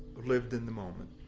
lived in the moment.